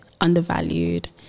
undervalued